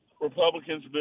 Republicans